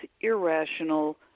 irrational